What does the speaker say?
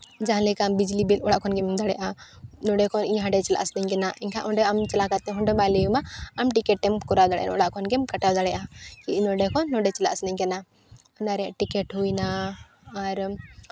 ᱡᱟᱦᱟᱸ ᱞᱮᱠᱟ ᱵᱤᱡᱽᱞᱤ ᱵᱤᱞ ᱚᱲᱟᱜ ᱠᱷᱚᱱ ᱜᱮᱢ ᱮᱢ ᱫᱟᱲᱮᱭᱟᱜᱼᱟ ᱱᱚᱰᱮ ᱠᱷᱚᱱ ᱤᱧ ᱦᱟᱸᱰᱮ ᱪᱟᱞᱟᱜ ᱥᱟᱹᱱᱟᱹᱧ ᱠᱟᱱᱟ ᱮᱱᱠᱷᱟᱱ ᱚᱸᱰᱮ ᱟᱢ ᱪᱟᱞᱟᱣ ᱠᱟᱛᱮᱫ ᱚᱸᱰᱮ ᱵᱟᱭ ᱞᱟᱹᱭ ᱟᱢᱟ ᱟᱢ ᱴᱤᱠᱤᱴ ᱮᱢ ᱠᱚᱨᱟᱣ ᱫᱟᱲᱭᱟᱜᱼᱟ ᱚᱲᱟᱜ ᱠᱷᱚᱱᱜᱮ ᱠᱟᱴᱟᱣ ᱫᱟᱲᱮᱭᱟᱜᱼᱟ ᱠᱤ ᱤᱧ ᱱᱚᱰᱮ ᱠᱷᱚᱱ ᱚᱸᱰᱮ ᱪᱟᱞᱟᱜ ᱥᱟᱱᱟᱧ ᱠᱟᱱᱟ ᱚᱱᱟ ᱨᱮᱭᱟᱜ ᱴᱤᱠᱤᱴ ᱦᱩᱭ ᱮᱱᱟ ᱟᱨ